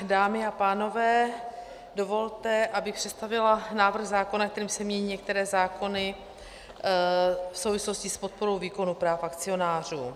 Dámy a pánové, dovolte, abych představila návrh zákona, kterým se mění některé zákony v souvislosti s podporou výkonu práv akcionářů.